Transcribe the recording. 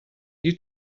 you